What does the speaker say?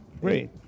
Great